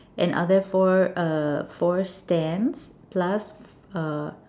and are there four uh four stands plus a